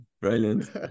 Brilliant